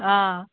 آ